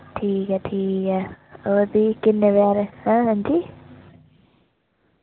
ठीक ऐ ठीक ऐ और फ्ही किन्ने बजे हारे हां हांजी